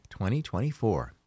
2024